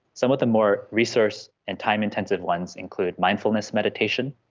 some of the more resource and time intensive ones include mindfulness meditation,